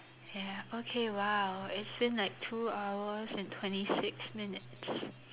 ya okay !wow! it's been like two hours and twenty six minutes